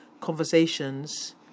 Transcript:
conversations